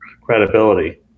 credibility